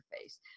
face